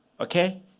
okay